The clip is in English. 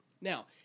Now